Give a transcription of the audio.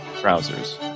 trousers